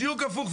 בדיוק הפוך.